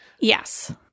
yes